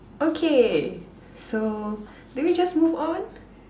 okay so do we just move on